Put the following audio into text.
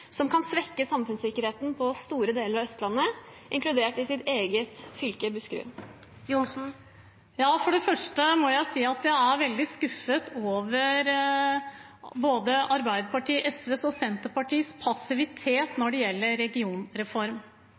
som kan svekke samfunnssikkerheten på store deler av Østlandet, inkludert i hennes eget fylke, Buskerud? For det første må jeg si at jeg er veldig skuffet over både Arbeiderpartiets, SVs og Senterpartiets passivitet når det gjelder